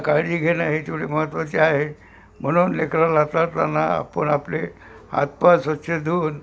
काळजी घेणं हे तेवढं महत्त्वाचे आहे म्हणून लेकराला हाताळताना आपण आपले हातपाय स्वच्छ धुऊन